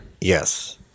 Yes